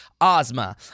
Ozma